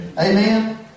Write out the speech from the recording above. Amen